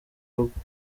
rugo